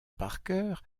parker